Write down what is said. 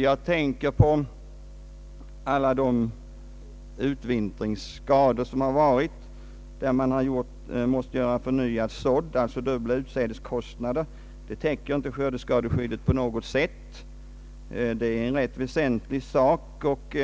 Jag tänker på alla de utvintringsskador som har förekommit. Man har fått så på nytt, vilket har inneburit dubbla = utsädeskostnader. Skördeskadeskyddet täcker inte på något sätt dessa kostnader, vilka är rätt väsentliga och